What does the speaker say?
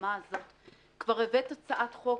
הצעת חוק,